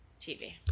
TV